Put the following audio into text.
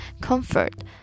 comfort